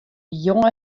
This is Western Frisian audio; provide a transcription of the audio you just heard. jonge